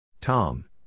Tom